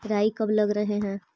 राई कब लग रहे है?